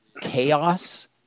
chaos